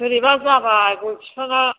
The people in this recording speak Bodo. बोरैबा जाबाय गय बिफाङा